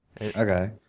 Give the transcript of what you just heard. Okay